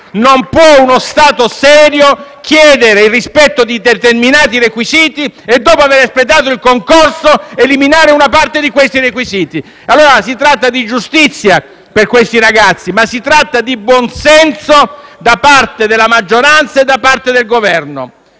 concorso. Uno Stato serio non può chiedere il rispetto di determinati requisiti e, dopo aver espletato il concorso, eliminare una parte di questi requisiti. Si tratta allora di giustizia per questi ragazzi, ma si tratta di buon senso da parte della maggioranza e del Governo.